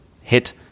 hit